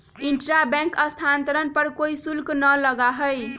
intra bank स्थानांतरण पर कोई शुल्क ना लगा हई